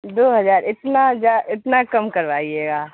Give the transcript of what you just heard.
دو ہجار اتنا اتنا کم کروائیے گا